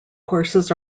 courses